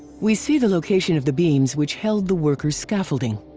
we see the location of the beams which held the workers' scaffolding.